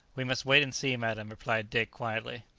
we must wait and see, madam, replied dick quietly.